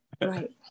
right